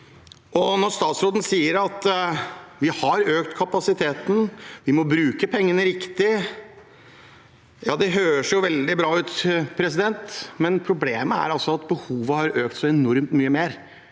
Når statsråden sier at vi har økt kapasiteten, vi må bruke pengene riktig, høres det veldig bra ut, men problemet er at behovet har økt enormt mye mer.